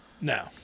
No